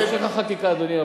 להמשך החקיקה, אדוני.